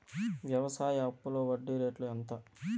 వ్యవసాయ అప్పులో వడ్డీ రేట్లు ఎంత?